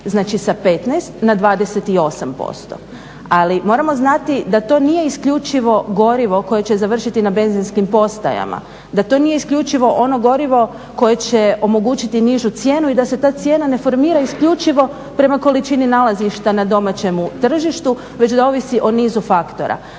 znači sa 15 na 28%. Ali moramo znati da to nije isključivo gorivo koje će završiti na benzinskim postajama, da to nije isključivo ono gorivo koje će omogućiti nižu cijenu i da se ta cijena ne formira isključivo prema količini nalazišta na domaćemu tržištu već da ovisi o nizu faktora.